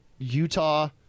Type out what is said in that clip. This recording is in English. Utah